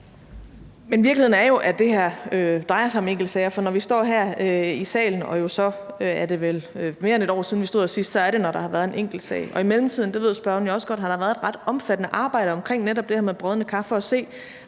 Men virkeligheden er jo, at det her drejer sig om enkeltsager, for når vi står her i salen, og det er jo vel så mere end et år siden, vi stod her sidst, så er det, når der har været en enkeltsag. I mellemtiden – det ved spørgeren jo også godt – har der været et ret omfattende arbejde omkring netop det her med brodne kar for at se,